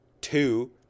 two